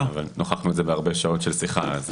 הוכחנו את זה בהרבה שעות של שיחה.